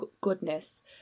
goodness